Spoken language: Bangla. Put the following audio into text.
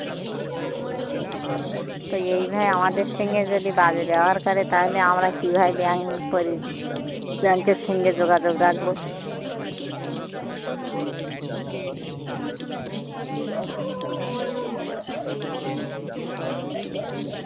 তো এইভাবে আমাদের সঙ্গে যদি বাজে ব্যবহার করে তাহলে আমরা কীভাবে ব্যাংক করি ব্যাংকের সঙ্গে যোগাযোগ রাখবো